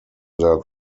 their